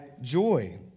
joy